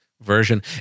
version